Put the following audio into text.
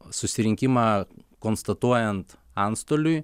susirinkimą konstatuojant antstoliui